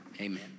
Amen